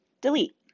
delete